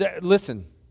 listen